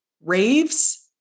raves